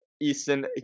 Easton